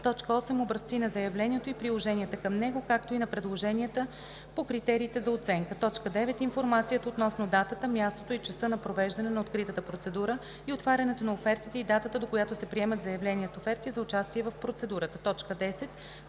образци на заявлението и приложенията към него, както и на предложенията по критериите за оценка;